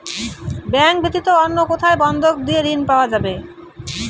Bank ব্যাতীত অন্য কোথায় বন্ধক দিয়ে ঋন পাওয়া যাবে?